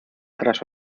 tras